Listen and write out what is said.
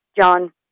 John